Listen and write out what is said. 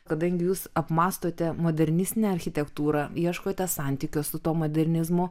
kadangi jūs apmąstote modernistinę architektūrą ieškote santykio su tuo modernizmu